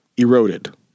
eroded